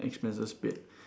expenses paid